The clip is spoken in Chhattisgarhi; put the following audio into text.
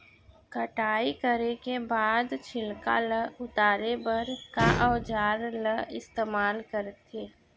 कटाई करे के बाद छिलका ल उतारे बर का औजार ल इस्तेमाल करथे?